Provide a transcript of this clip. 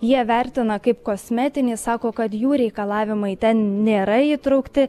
jie vertina kaip kosmetinį sako kad jų reikalavimai ten nėra įtraukti